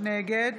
נגד